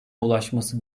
ulaşması